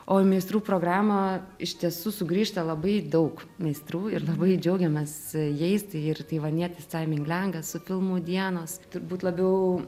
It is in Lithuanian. o į meistrų programą iš tiesų sugrįžta labai daug meistrų ir labai džiaugiamės jais tai ir taivanietis tai ming lengas su filmu dienos turbūt labiau